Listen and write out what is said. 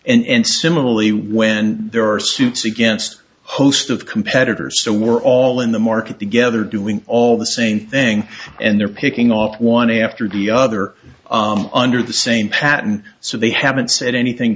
on and similarly when there are suits against host of competitors so we're all in the market together doing all the same thing and they're picking off one after the other under the same patent so they haven't said anything